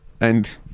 And-